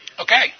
Okay